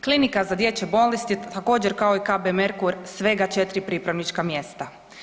Klinika za dječje bolesti također kao i KB Merkur svega 4 pripravnička mjesta.